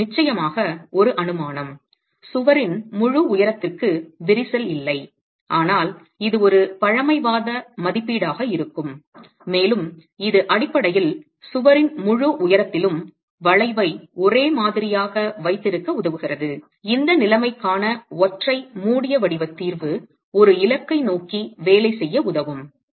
இது நிச்சயமாக ஒரு அனுமானம் சுவரின் முழு உயரத்திற்கு விரிசல் இல்லை ஆனால் இது ஒரு பழமைவாத மதிப்பீடாக இருக்கும் மேலும் இது அடிப்படையில் சுவரின் முழு உயரத்திலும் வளைவை ஒரே மாதிரியாக வைத்திருக்க உதவுகிறது இந்த நிலைமைக்கான ஒற்றை மூடிய வடிவ தீர்வு ஒரு இலக்கை நோக்கி வேலை செய்ய உதவும்